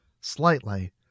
slightly